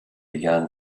began